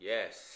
Yes